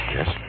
Yes